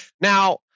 Now